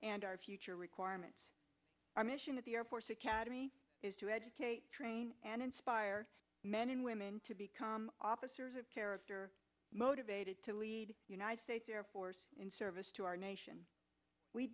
and our future requirements our mission at the air force academy is to educate train and inspire men and women to become officers of character motivated to lead united states air force in service to our nation